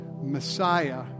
Messiah